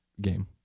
game